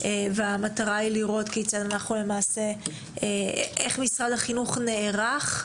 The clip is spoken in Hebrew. ומטרה היא לראות איך משרד החינוך נערך,